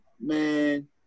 man